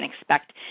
expect